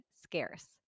scarce